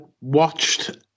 watched